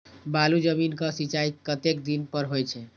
बालू जमीन क सीचाई कतेक दिन पर हो छे?